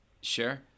Sure